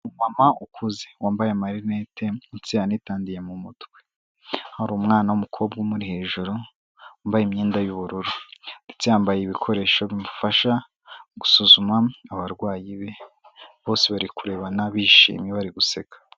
Umumama ukuze wambaye amarinete ndetse yanitandiye mu mutwe. Hari umwana w'umukobwa umuri hejuru, wambaye imyenda y'ubururu, ndetse yambaye ibikoresho bimufasha gusuzuma abarwayi be, bose bari kurebana bishimye bari guseka.